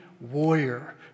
warrior